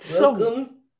Welcome